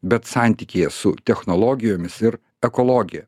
bet santykyje su technologijomis ir ekologija